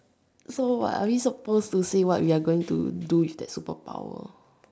so what are we suppose to say what we are going to do with that superpower